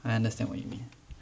I understand what you mean